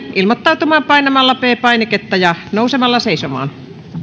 ilmoittautumaan painamalla p painiketta ja nousemalla seisomaan